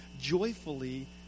joyfully